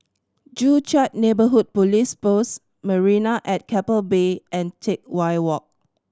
Joo Chiat Neighbourhood Police Post Marina at Keppel Bay and Teck Whye Walk